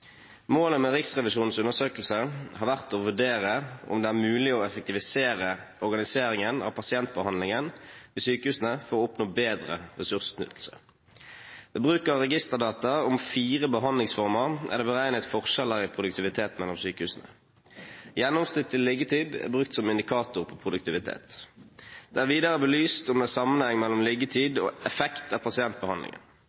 Målet med Riksrevisjonens undersøkelse har vært å vurdere om det er mulig å effektivisere organiseringen av pasientbehandlingen ved sykehusene for å oppnå bedre ressursutnyttelse. Ved bruk av registerdata om fire behandlingsformer er det beregnet forskjeller i produktiviteten mellom sykehusene. Gjennomsnittlig liggetid er brukt som indikator på produktivitet. Det er videre belyst om det er sammenheng mellom